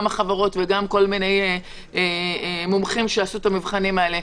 גם החברות וגם כל מיני מומחים שעשו את המבחנים האלה,